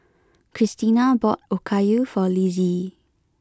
Kristina bought Okayu for Lizzie